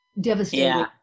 devastating